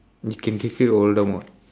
you can defeat voldemort